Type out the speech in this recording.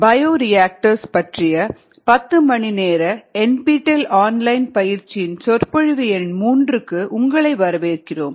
bioreactors பற்றிய 10 மணி நேர NPTEL ஆன்லைன் பயிற்சியின் சொற்பொழிவு எண் 3 க்கு உங்களை வரவேற்கிறோம்